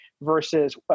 versus